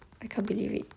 I can't believe it